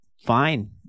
fine